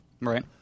Right